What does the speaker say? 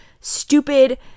stupid